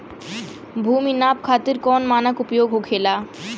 भूमि नाप खातिर कौन मानक उपयोग होखेला?